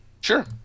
Sure